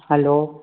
hello